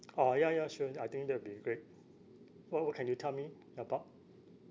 orh ya ya sure I think that'll be great what what can you tell me about